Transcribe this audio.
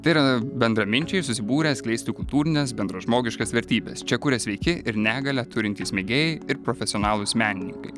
tai yra bendraminčiai susibūrę skleisti kultūrines bendražmogiškas vertybes čia kuria sveiki ir negalią turintys mėgėjai ir profesionalūs menininkai